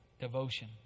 devotion